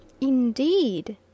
Indeed